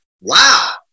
Wow